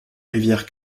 rivière